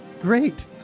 great